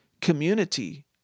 community